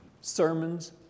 sermons